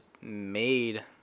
made